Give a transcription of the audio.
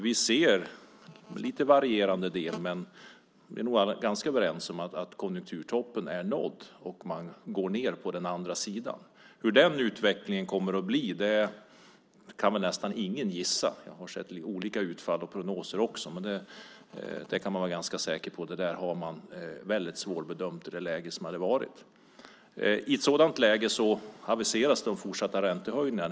Vi ser i lite varierande del men är nog ganska överens om att konjunkturtoppen är nådd, och man går ned på den andra sidan. Hur den utvecklingen kommer att bli kan nästan ingen gissa. Jag har sett olika utfall och prognoser, men man kan vara rätt säker på att det är väldigt svårbedömt i det läge som har varit. I ett läge då industriutvecklingen går ned aviseras fortsatta räntehöjningar.